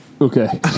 Okay